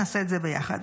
נעשה את זה ביחד.